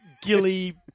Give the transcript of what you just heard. Gilly